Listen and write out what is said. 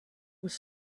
was